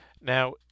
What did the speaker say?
Now